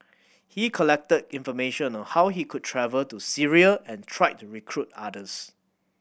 he collected information on how he could travel to Syria and tried to recruit others